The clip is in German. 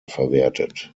verwertet